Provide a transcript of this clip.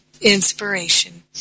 inspiration